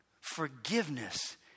Forgiveness